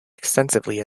extensively